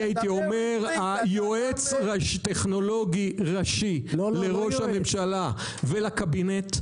יועץ טכנולוגי ראשי לראש הממשלה ולקבינט,